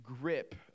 grip